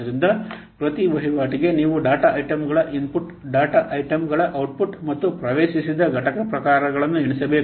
ಆದ್ದರಿಂದ ಪ್ರತಿ ವಹಿವಾಟಿಗೆ ನೀವು ಡೇಟಾ ಐಟಂಗಳ ಇನ್ಪುಟ್ ಡೇಟಾ ಐಟಂಗಳ ಔಟ್ಪುಟ್ ಮತ್ತು ಪ್ರವೇಶಿಸಿದ ಘಟಕ ಪ್ರಕಾರಗಳನ್ನು ಎಣಿಸಬೇಕು